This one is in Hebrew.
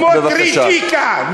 סמוטריציקה.